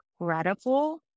incredible